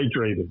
hydrated